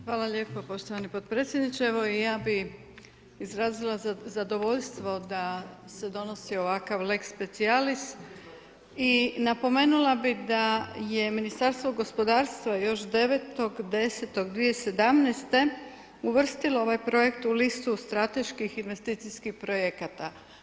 Hvala lijepo poštovani podpredsjedniče, evo i ja bi izrazila zadovoljstvo da se donosi ovakav lex specialis i napomenula bi da je Ministarstvo gospodarstva još 9.10.2017. uvrstilo ovaj projekt u listu strateških investicijskih projekata.